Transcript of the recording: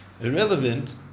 irrelevant